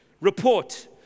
report